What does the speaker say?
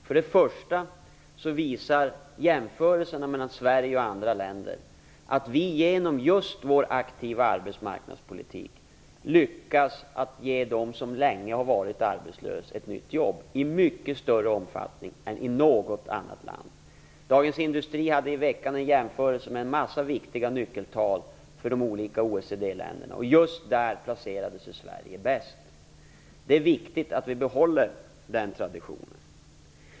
För det första visar jämförelserna mellan Sverige och andra länder att vi genom vår aktiva arbetsmarknadspolitik lyckas att ge dem som har varit arbetslösa länge ett nytt jobb i mycket större omfattning än i något annat land. Dagens Industri gjorde i veckan en jämförelse med en massa viktiga nyckeltal mellan de olika OECD-länderna. Just där placerade sig Sverige bäst. Det är viktigt att vi behåller den traditionen.